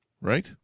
Right